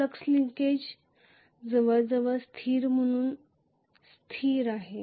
flux linkage जवळजवळ स्थिर म्हणून स्थिर आहे